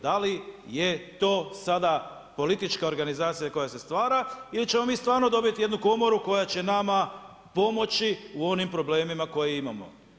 Da li je to sada politička organizacija koja se stvara ili ćemo mi stvarno dobiti jednu komoru koja će nama pomoći u onim problemima koje imamo?